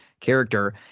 character